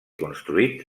construïts